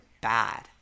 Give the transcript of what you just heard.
bad